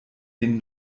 den